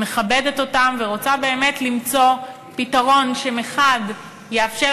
מכבדת אותם ורוצה באמת למצוא פתרון שמחד גיסא יאפשר